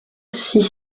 six